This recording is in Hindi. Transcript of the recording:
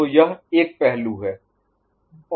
तो यह एक पहलू है